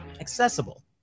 accessible